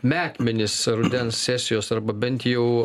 metmenis rudens sesijos arba bent jau